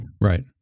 Right